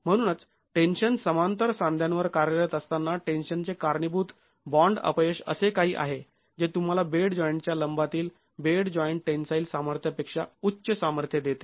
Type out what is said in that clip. म्हणूनच टेन्शन समांतर सांध्यांवर कार्यरत असतांना टेन्शनचे कारणीभूत बॉंड अपयश असे काही आहे जे तुम्हाला बेड जॉईंटच्या लंबातील बेड जॉइंट टेन्साईल सामर्थ्यापेक्षा उच्च सामर्थ्य देते